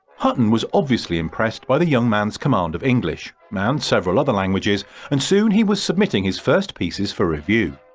hutton was obviously impressed by the young man's command of english and several other languages and soon he was submitting his first pieces for review.